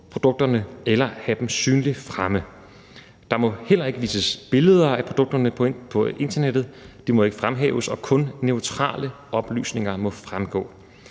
eller have dem synligt fremme. Der må heller ikke vises billeder af produkterne på internettet, de må ikke fremhæves, og kun neutrale oplysninger må fremgå.